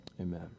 Amen